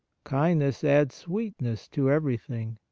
kindness adds sweetness to everything.